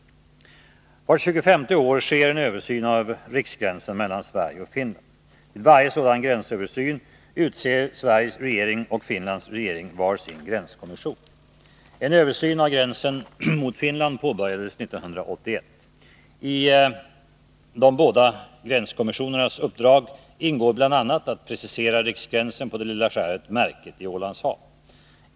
Vart tjugofemte år sker översyn av riksgränsen mellan Sverige och Finland. Vid varje sådan gränsöversyn utser Sveriges regering och Finlands regering var sin gränskommission. En översyn av gränsen mot Finland påbörjades 1981. I de båda gränskommissionernas uppdrag ingår bl.a. att precisera riksgränsen på det lilla skäret Märket i Ålands hav.